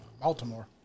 Baltimore